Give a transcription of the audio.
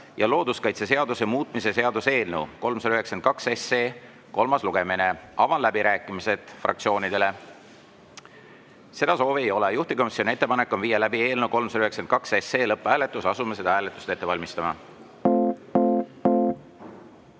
ja looduskaitseseaduse muutmise seaduse eelnõu 392 kolmas lugemine. Avan läbirääkimised fraktsioonidele. Seda soovi ei ole. Juhtivkomisjoni ettepanek on viia läbi eelnõu 392 lõpphääletus. Asume seda hääletust ette valmistama.